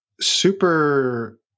super